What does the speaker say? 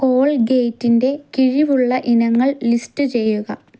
കോൾഗേറ്റിന്റെ കിഴിവുള്ള ഇനങ്ങൾ ലിസ്റ്റ് ചെയ്യുക